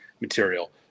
material